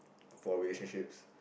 for relationships